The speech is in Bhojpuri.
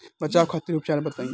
बचाव खातिर उपचार बताई?